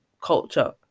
culture